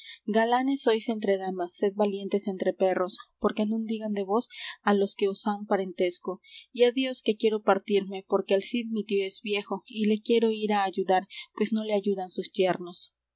galanes sois entre damas sed valientes entre perros porque non digan de vos á los que os han parentesco y adios que quiero partirme porque el cid mi tío es viejo y le quiero ir á ayudar pues no le ayudan sus yernos